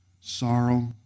sorrow